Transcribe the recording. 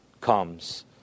comes